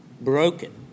broken